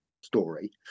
story